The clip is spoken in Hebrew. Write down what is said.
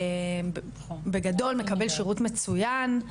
בגדול, מקבל שירות מצוין,